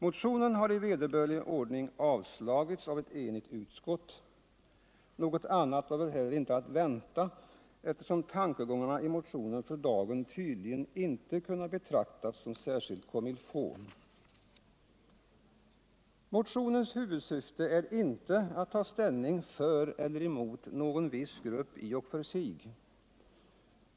Motionen har i vederbörlig ordning avstyrkts av ett enigt utskott. Något annat var väl heller inte att vänta, eftersom tankegångarna i motionen för dagen tydligen inte kan betraktas som särskilt commer-il-faut. Motionens huvudsyfte är inte att taga ställning för eller emot någon viss gruppi och för sig.